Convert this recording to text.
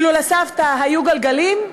אילו לסבתא היו גלגלים,